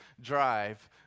drive